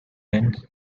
and